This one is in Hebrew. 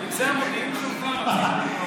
אם זה המודיעין שלך,